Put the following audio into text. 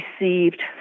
received